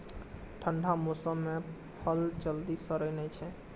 ठंढा मौसम मे फल जल्दी सड़ै नै छै